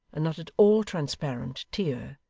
and not at all transparent tear,